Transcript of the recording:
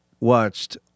watched